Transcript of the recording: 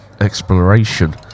exploration